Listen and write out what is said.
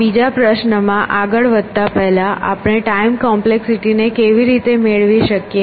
આ બીજા પ્રશ્નમાં આગળ વધતા પહેલા આપણે ટાઈમ કોમ્પ્લેક્સિટીને કેવી રીતે મેળવી શકીએ